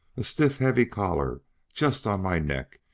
a stiff heavy collar just on my neck,